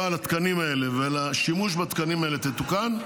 לתקנים האלה ולשימוש בתקנים האלה תתוקן,